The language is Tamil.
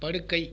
படுக்கை